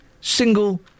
single